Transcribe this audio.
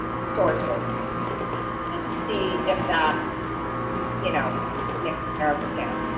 sources and see if that you know yeah narrows it down.